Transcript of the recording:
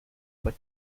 what